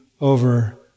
over